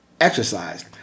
exercise